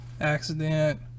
accident